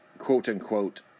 quote-unquote